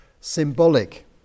symbolic